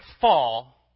fall